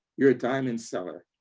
you're a diamond seller,